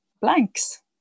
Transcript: blanks